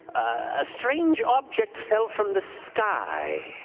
a strange object fell from the sky,